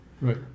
Right